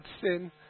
sin